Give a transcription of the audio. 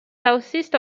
southeast